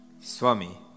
Swami